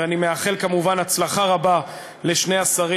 ואני מאחל כמובן הצלחה רבה לשני השרים.